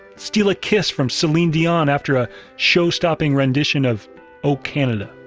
steal a kiss from celine dion after a show-stopping rendition of o canada.